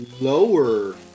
lower